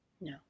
No